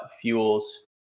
fuels